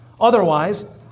Otherwise